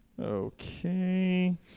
Okay